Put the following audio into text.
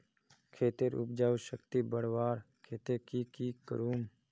खेतेर उपजाऊ शक्ति बढ़वार केते की की करूम?